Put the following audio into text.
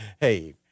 hey